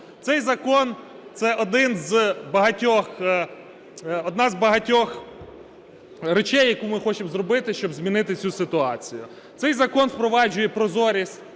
Цей закон – це одна з багатьох речей, яку ми хочемо зробити, щоб змінити цю ситуацію. Цей закон впроваджує прозорість,